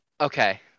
Okay